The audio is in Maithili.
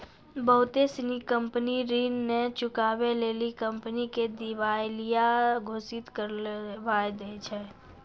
बहुते सिनी कंपनी ऋण नै चुकाबै लेली कंपनी के दिबालिया घोषित करबाय दै छै